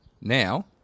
now